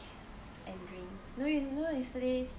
eat and drink no you know yesterday's